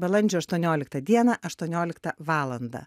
balandžio aštuonioliktą dieną aštuonioliktą valandą